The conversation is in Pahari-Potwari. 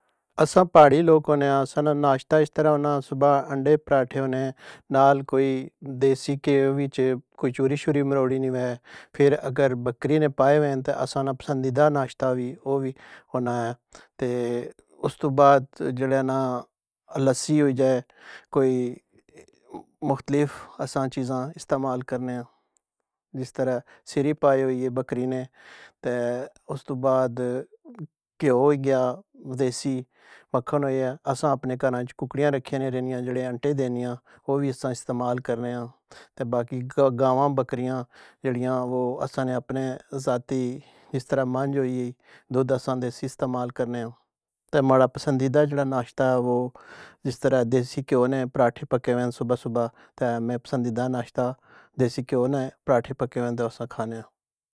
اسساں پہاڑی لوک ہونیاں اساں نا ناشتہ اس طراں ہونا صبح انڈے پراٹھے ہونے نال کوئی دیسی کھیو جی، کوئی چوری شوری مروڑی نی ہووے۔ پھر اگر بکری نے پائے ہون اس اڑا پسندیدہ ناشتہ وی او وی ہونا اے، تے اس دو بعد جیڑا اے نا کے کوئی لسی ہوئی جائے، کوئی مختلف اسساں چیزاں استعمال کرنے آں جس طراں سری پائے ہوئی گئے اے بکری نے تے استو بعد کھیو ہوئی گیا دیسی، مکھن ہوئی گیا اسساں اپنے کھر اچ ککڑیاں رکھی نی رہنیاں جیڑیاں آنٹے دینیاں او وی اسساں استعمال کرنے آں، تے باقی گاواں بکریاں اسساں نے جیڑے اپنے منجھ ہوئی ائی، دودہ اسساں دیسی استعمال کرنے آں۔ تے ماڑا پسندیدہ جیڑا ناشتہ اے او جس طراں دیسی کھیو نے پراٹھے پکے ہوئے ان صبح صبح، تے میں مس ندیدہ ناشتہ دیسی کھیو نا اے پراٹھے پکے ہیوے آن تے اساں کھانیاں۔